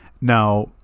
Now